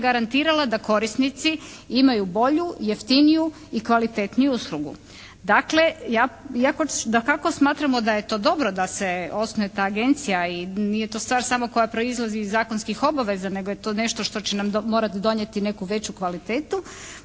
zagarantirala da korisnici imaju bolju, jeftiniju i kvalitetniju uslugu. Dakle iako dakako smatramo da je to dobro da se osnuje ta agencija i nije to stvar samo koja proizlazi iz zakonskih obaveza nego je to nešto što će nam morati donijeti neku veću kvalitetu,